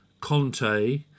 Conte